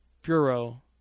Bureau